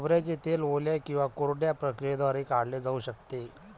खोबऱ्याचे तेल ओल्या किंवा कोरड्या प्रक्रियेद्वारे काढले जाऊ शकते